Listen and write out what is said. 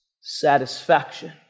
satisfaction